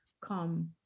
come